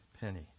penny